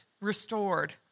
restored